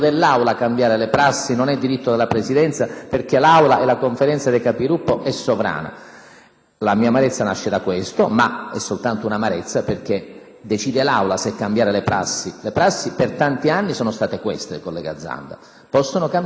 La mia amarezza nasce da questo, ma è soltanto un'amarezza, perché decide l'Aula se cambiare le prassi. Le prassi per tanti anni sono state queste, collega Zanda; possono cambiare, ognuno si assumerà le proprie responsabilità, sia maggioranza che opposizione, e ognuno si adeguerà al cambiamento delle prassi.